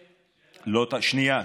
על, מאיר, שאלה.